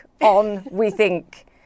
on-we-think